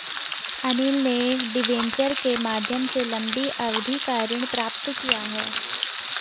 अनिल ने डिबेंचर के माध्यम से लंबी अवधि का ऋण प्राप्त किया